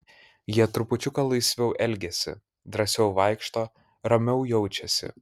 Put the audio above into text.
jie trupučiuką laisviau elgiasi drąsiau vaikšto ramiau jaučiasi